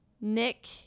Nick